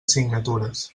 signatures